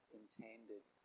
intended